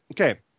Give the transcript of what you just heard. Okay